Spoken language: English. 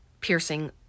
piercing